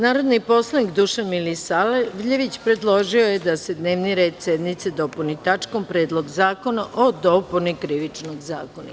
Narodni poslanik Dušan Milisavljević predložio je da se dnevni red sednice dopuni tačkom - Predlog zakona o dopuni Krivičnog zakonika.